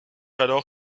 alors